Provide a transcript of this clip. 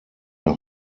der